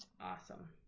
Awesome